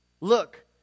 Look